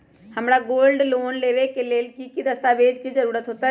हमरा gold loan लेबे के लेल कि कि दस्ताबेज के जरूरत होयेत?